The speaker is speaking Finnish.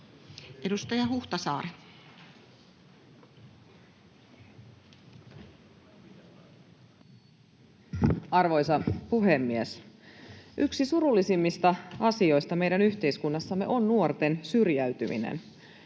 17:00 Content: Arvoisa puhemies! Yksi surullisimmista asioista meidän yhteiskunnassamme on nuorten syrjäytyminen.